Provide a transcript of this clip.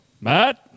Matt